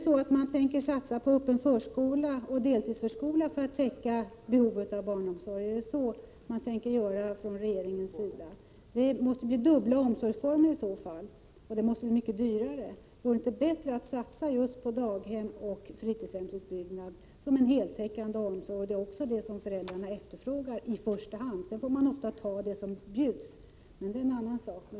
Tänker man satsa på öppen förskola och deltidsförskola för att täcka behovet av barnomsorg? Är det så regeringen tänker göra? Det måste i så fall bli dubbla omsorgsformer, och det måste bli mycket dyrare. Vore det inte bättre att satsa just på daghemsoch fritidshemsutbyggnad som en heltäckande omsorg? Det är det som föräldrarna efterfrågar i första hand. Sedan får de ofta ta det som bjuds, men det är en annan sak.